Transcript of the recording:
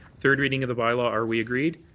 third reading of the bylaw are we agreed?